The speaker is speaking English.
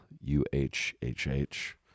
U-H-H-H